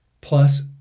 Plus